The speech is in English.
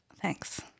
Thanks